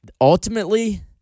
ultimately